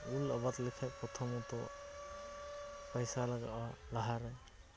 ᱩᱞ ᱟᱵᱟᱫᱽ ᱞᱮᱠᱷᱟᱱ ᱯᱚᱛᱷᱚᱢᱚᱛᱚ ᱯᱟᱭᱥᱟ ᱞᱟᱜᱟᱣᱚᱜᱼᱟ ᱞᱟᱦᱟᱨᱮ